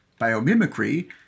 Biomimicry